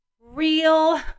real